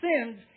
sins